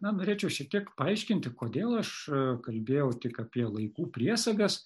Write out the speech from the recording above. na norėčiau šiek tiek paaiškinti kodėl aš kalbėjau tik apie laikų priesagas